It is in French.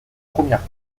premières